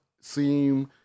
seem